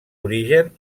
origen